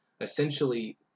essentially